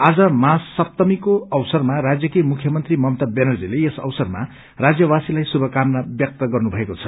आज महासप्तमीको अवसरमा राज्यकी मुख्यमंत्री ममता व्यानर्जीले यस अवसरमा राज्यवासीलाई शुभकामना व्यक्त गर्नुभएको छ